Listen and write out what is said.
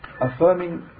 Affirming